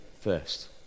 first